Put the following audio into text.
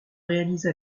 réalisa